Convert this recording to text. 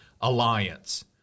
alliance